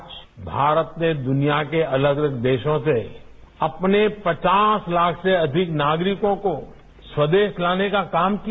आज भारत ने दुनिया के अलग अलग देशों से अपने पचास लाख से अधिक नागरिकों को स्वदेश लाने का काम किया